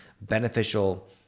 beneficial